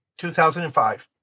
2005